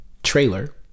trailer